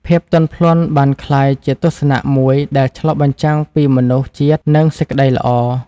ភាពទន់ភ្លន់បានក្លាយជាទស្សនៈមួយដែលឆ្លុះបញ្ចាំងពីមនុស្សជាតិ និងសេចក្ដីល្អ។